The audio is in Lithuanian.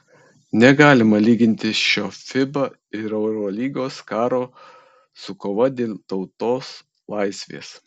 negalima lyginti šio fiba ir eurolygos karo su kova dėl tautos laisvės